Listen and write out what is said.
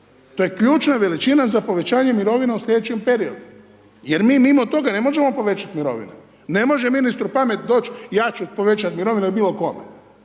To je ključna veličina za povećanje mirovina u sljedećem periodu, jer mi mimo toga ne možemo povećati mirovine, ne može meni .../Govornik se ne razumije./... doć', ja ću povećat mirovine li bilo kome,